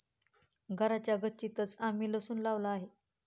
घराच्या गच्चीतंच आम्ही लसूण लावला आहे